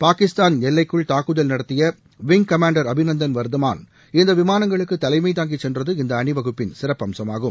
பாகிஸ்தான் எல்லைக்குள் தாக்குதல் நடத்திய விங் கமாண்டர் அபிநந்தன் வர்தமான் இந்த விமானங்களுக்கு தலைமை தாங்கி சென்றது இந்த அணி வகுப்பின் சிறப்பு அம்சமாகும்